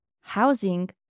housing